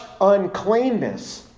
uncleanness